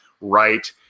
right